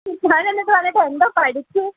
താനെന്നിട്ട് വന്നിട്ട് എന്തോ പഠിച്ച്